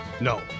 No